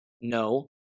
no